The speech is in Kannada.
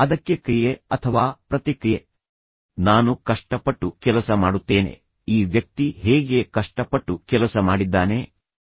ಅದಕ್ಕೆ ಕ್ರಿಯೆ ಅಥವಾ ಪ್ರತಿಕ್ರಿಯೆ ನಾನು ಕಷ್ಟಪಟ್ಟು ಕೆಲಸ ಮಾಡುತ್ತೇನೆ ಈ ವ್ಯಕ್ತಿ ಹೇಗೆ ಕಷ್ಟಪಟ್ಟು ಕೆಲಸ ಮಾಡಿದ್ದಾನೆ ಎಂಬುದನ್ನು ನಾನು ಕಂಡುಕೊಳ್ಳುತ್ತೇನೆ